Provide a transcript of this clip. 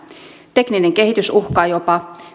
tekninen kehitys uhkaa jopa